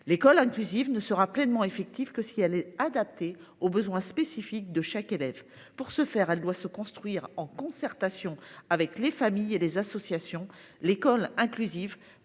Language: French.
L’école inclusive ne sera pleinement effective que si elle est adaptée aux besoins spécifiques de chaque élève. Pour ce faire, elle doit se construire en concertation avec les familles et les associations. L’école inclusive